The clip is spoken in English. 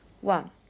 One